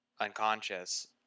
unconscious